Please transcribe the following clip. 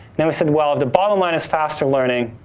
then, we said well, if the bottom line is faster learning,